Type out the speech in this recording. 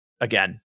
again